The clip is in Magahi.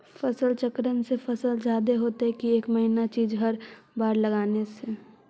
फसल चक्रन से फसल जादे होतै कि एक महिना चिज़ हर बार लगाने से?